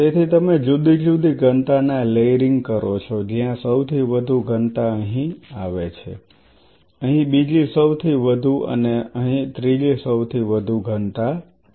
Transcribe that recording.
તેથી તમે જુદી જુદી ઘનતા ના લેયરિંગ કરો છો જ્યાં સૌથી વધુ ઘનતા અહીં આવે છે અહીં બીજી સૌથી વધુ અને અહીં ત્રીજી સૌથી વધુ ઘનતા છે